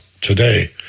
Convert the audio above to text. today